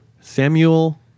Samuel